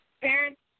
parents